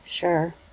Sure